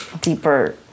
deeper